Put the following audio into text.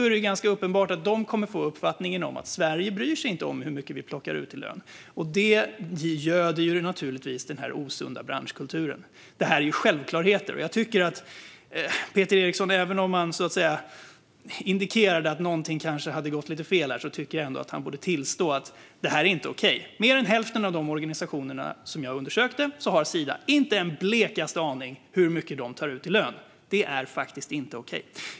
är det ganska uppenbart att de får uppfattningen att Sverige inte bryr sig om hur mycket de plockar ut i lön. Det göder naturligtvis den osunda branschkulturen. Det här är självklarheter. Peter Eriksson indikerade att någonting kanske hade gått lite fel. Jag tycker att han borde tillstå att detta inte är okej. När det gäller mer än hälften av de organisationer som jag undersökte har Sida inte den blekaste aning om hur mycket de tar ut i lön. Det är faktiskt inte okej.